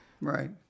Right